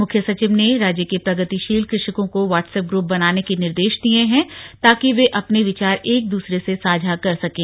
मुख्य सचिव ने राज्य के प्रगतिशील कृषकों का व्हाट्सअप ग्रप बनाने के निर्देश दिए हैं ताकि वे अपने विचार एक दूसरे से साझा कर सकें